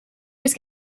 was